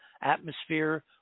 atmosphere